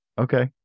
Okay